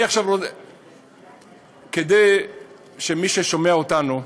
מי ששומע אותנו,